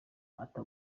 ata